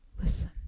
listen